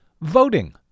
Voting